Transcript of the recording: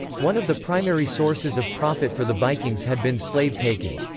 one of the primary sources of profit for the vikings had been slave-taking.